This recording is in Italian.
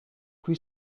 qui